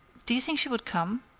do you think she would come?